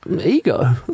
Ego